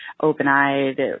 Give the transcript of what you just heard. open-eyed